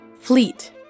Fleet